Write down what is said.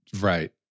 Right